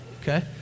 Okay